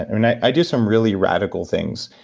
and and i i do some really radical things.